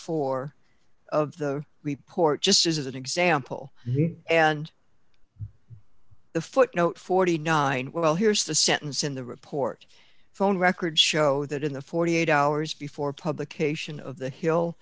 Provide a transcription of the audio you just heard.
four of the report just as an example and the footnote forty nine well here's the sentence in the report phone records show that in the forty eight hours before publication of the hill